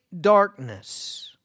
darkness